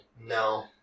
No